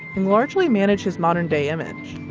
and largely manage his modern-day image.